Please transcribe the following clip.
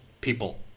people